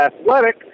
athletic